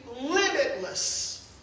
limitless